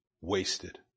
wasted